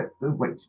Wait